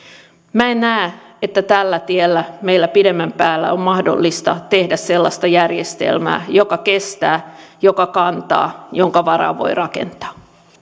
minä en näe että tällä tiellä meillä pidemmän päälle on mahdollista tehdä sellaista järjestelmää joka kestää joka kantaa jonka varaan voi rakentaa